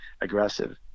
aggressive